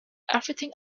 everything